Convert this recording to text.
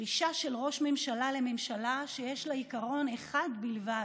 דרישה של ראש ממשלה לממשלה שיש לה עיקרון אחד בלבד: